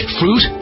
fruit